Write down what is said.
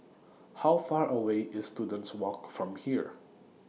How Far away IS Students Walk from here